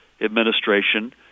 administration